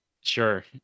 Sure